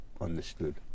understood